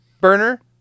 Burner